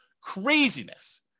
Craziness